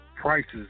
prices